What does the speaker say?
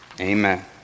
amen